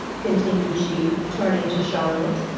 continued she, turning to charlotte,